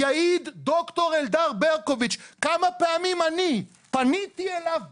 יעיד ד"ר אלדר ברקוביץ' כמה פעמים אני פניתי אליו בתחינה,